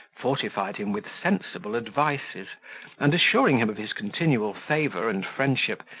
fortified him with sensible advices and, assuring him of his continual favour and friendship,